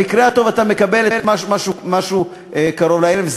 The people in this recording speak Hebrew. במקרה הטוב אתה מקבל משהו קרוב לערך,